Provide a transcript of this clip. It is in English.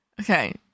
Okay